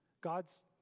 God's